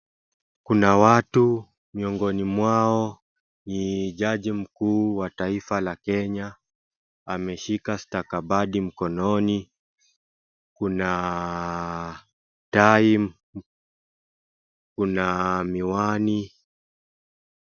Kuna watu miongoni mwao ni jaji mkuu wa taifa la Kenya ameshika stakabadhi mkononi kuna tai kuna miwani.